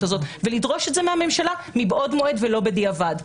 הזאת ולדרוש את זה מהממשלה מבעוד מועד ולא בדיעבד,